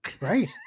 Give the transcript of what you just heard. Right